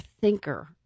thinker